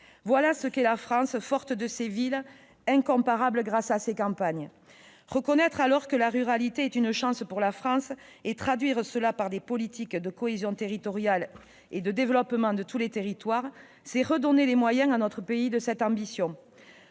Telle est la France : forte de ses villes, incomparable grâce à ses campagnes. Dès lors, reconnaître que la ruralité est une chance pour la France et traduire cela par des politiques de cohésion territoriale et de développement de tous les territoires, c'est redonner à notre pays les moyens de cette ambition.